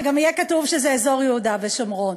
שגם יהיה כתוב שזה אזור יהודה ושומרון.